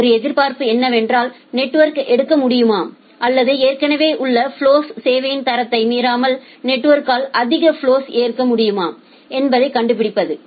ஒரு எதிர்பார்ப்பு என்னவென்றால் நெட்வொர்க் எடுக்க முடியுமா அல்லது ஏற்கனவே உள்ள ஃபலொஸ்களை சேவையின் தரத்தை மீறாமல் நெட்வொர்க்ஆல் அதிக ஃபலொஸ்களை ஏற்க முடியுமா என்பதைக் கண்டுபிடிப்பது